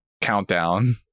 countdown